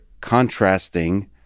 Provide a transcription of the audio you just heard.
contrasting